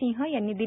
सिंह यांनी दिली